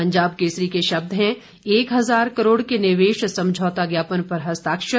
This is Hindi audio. पंजाब केसरी के शब्द हैं एक हज़ार करोड़ के निवेश समझौता ज्ञापन पर हस्ताक्षर